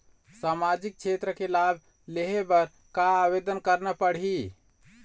सामाजिक क्षेत्र के लाभ लेहे बर का आवेदन करना पड़ही?